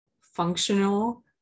functional